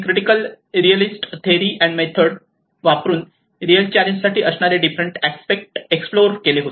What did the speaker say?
त्यांनी critical realist theory and method वापरून real challenge साठी असणारे डिफरंट अस्पेक्ट एक्सप्लोर केले